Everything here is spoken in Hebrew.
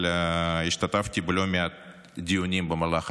אבל השתתפתי בלא מעט דיונים במהלך